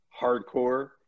hardcore